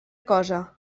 cosa